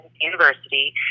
university